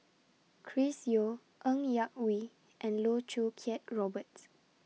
Chris Yeo Ng Yak Whee and Loh Choo Kiat Roberts